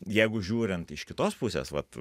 jeigu žiūrint iš kitos pusės vat